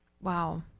Wow